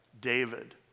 David